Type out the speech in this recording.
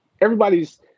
everybody's